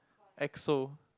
Exo